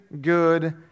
good